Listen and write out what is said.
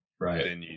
Right